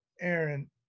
Aaron